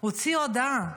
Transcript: הוציא הודעה.